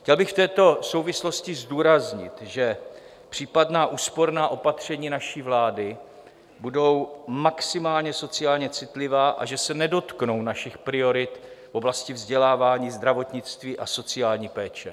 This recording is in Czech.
Chtěl bych v této souvislosti zdůraznit, že případná úsporná opatření naší vlády budou maximálně sociálně citlivá a že se nedotknou našich priorit v oblasti vzdělávání, zdravotnictví a sociální péče.